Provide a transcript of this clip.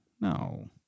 no